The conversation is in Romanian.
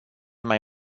mai